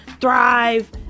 thrive